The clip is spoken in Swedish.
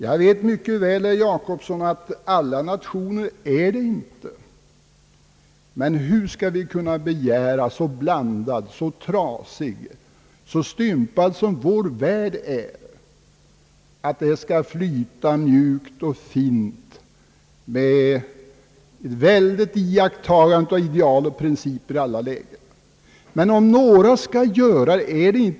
Jag vet mycket väl, herr Jacobsson, att alla nationer inte är helt konsekventa i detta avseende. Men hur skall vi kunna begära att allt skall flyta mjukt och fint med ett iakttagande av ideal och principer när vår värld är så blandad, så trasig och så stympad?